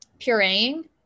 pureeing